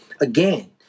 again